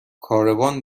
کاروان